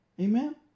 Amen